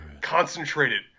concentrated